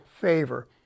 favor